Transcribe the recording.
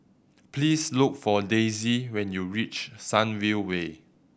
please look for Daisye when you reach Sunview Way